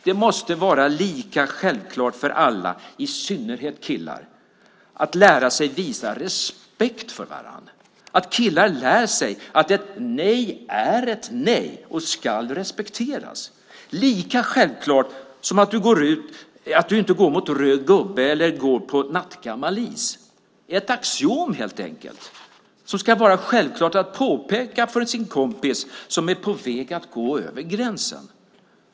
Det måste vara lika självklart för alla, i synnerhet killar, att lära sig visa respekt för varandra. Killar ska lära sig att ett nej är ett nej och ska respekteras. Det är lika självklart som att du inte går mot röd gubbe eller går ut på nattgammal is. Det ska helt enkelt vara ett axiom som ska vara självklart att påpeka för sin kompis om han är på väg att gå över gränsen.